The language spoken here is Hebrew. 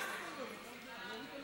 לוועדת החוץ והביטחון נתקבלה.